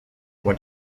what